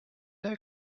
der